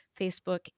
Facebook